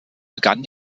begann